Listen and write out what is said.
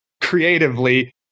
creatively